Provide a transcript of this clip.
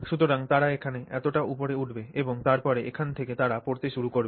সুতরাং তারা এখানে এতটা উপরে উঠবে এবং তারপরে এখান থেকে তারা পড়তে শুরু করবে